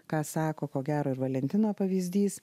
ką sako ko gero ir valentino pavyzdys